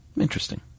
Interesting